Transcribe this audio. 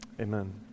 Amen